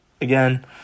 again